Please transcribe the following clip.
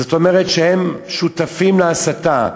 זאת אומרת שהם שותפים להסתה.